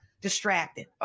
distracted